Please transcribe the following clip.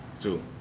Two